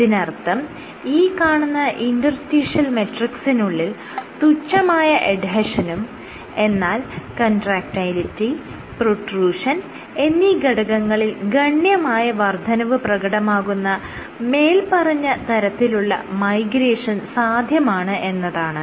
അതിനർത്ഥം ഈ കാണുന്ന ഇന്റർസ്റ്റീഷ്യൽ മെട്രിക്സിനുള്ളിൽ തുച്ഛമായ എഡ്ഹെഷനും എന്നാൽ കൺട്രാക്ടയിലിറ്റി പ്രൊട്രൂഷൻ എന്നീ ഘടകങ്ങളിൽ ഗണ്യമായ വർദ്ധനവ് പ്രകടമാകുന്ന മേല്പറഞ്ഞ തരത്തിലുള്ള മൈഗ്രേഷൻ സാധ്യമാണ് എന്നതാണ്